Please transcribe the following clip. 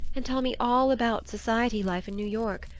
and tell me all about society life in new york.